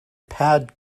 pad